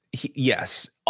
Yes